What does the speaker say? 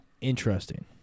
Interesting